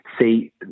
See